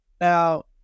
now